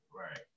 Right